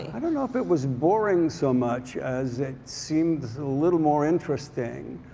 i don't know if it was boring so much as it seemed a little more interesting.